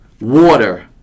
water